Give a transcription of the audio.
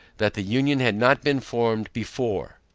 that the union had not been formed before.